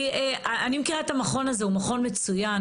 כי אני מכירה את המכון הזה, הוא מכון מצוין.